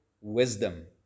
wisdom